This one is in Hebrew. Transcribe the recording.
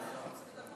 להעביר לוועדה.